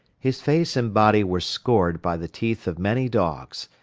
his face and body were scored by the teeth of many dogs,